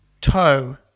toe